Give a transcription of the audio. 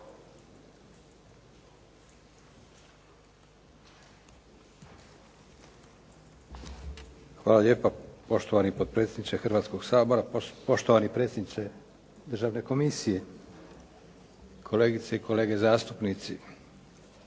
Hvala lijepo poštovana potpredsjednice Hrvatskoga sabora, poštovani predsjedniče Državne komisije, poštovana državna tajnice,